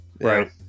Right